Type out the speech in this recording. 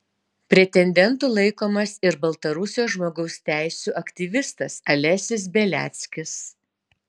pretendentu laikomas ir baltarusijos žmogaus teisių aktyvistas alesis beliackis